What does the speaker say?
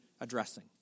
addressing